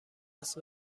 است